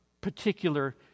particular